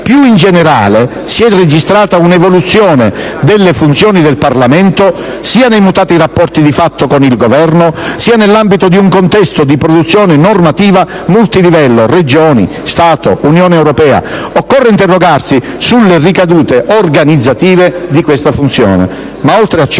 Più in generale, si è registrata un'evoluzione delle funzioni del Parlamento, sia nei mutati rapporti di fatto con il Governo, sia nell'ambito di un contesto di produzione normativa multilivello (Regioni, Stato, Unione europea). Occorre interrogarsi sulle ricadute organizzative di questa evoluzione. Ma oltre a ciò,